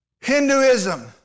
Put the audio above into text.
Hinduism